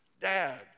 Dad